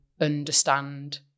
understand